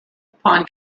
upon